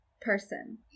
person